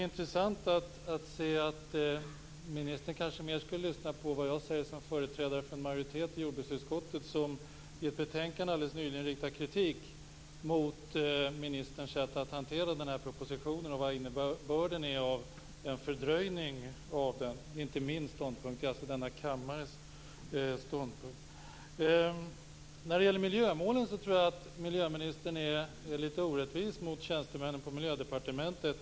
Miljöministern kanske mer skall lyssna på vad jag säger som företrädare för en majoritet för jordbruksutskottet som i ett betänkande alldeles nyligen riktade kritik mot ministerns sätt att hantera den här propositionen och vad innebörden är av en fördröjning av den. Det är inte min ståndpunkt, utan denna kammares ståndpunkt. När det gäller miljömålen tror jag att miljöministern är litet orättvis mot tjänstemännen på Miljödepartementet.